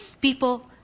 people